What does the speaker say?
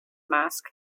mask